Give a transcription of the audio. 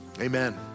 Amen